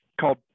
called